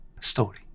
story